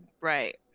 Right